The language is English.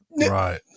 right